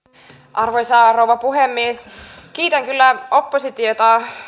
arvoisa rouva puhemies kiitän kyllä oppositiota